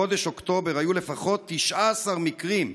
בחודש אוקטובר היו לפחות 19 מקרים,